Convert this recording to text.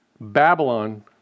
Babylon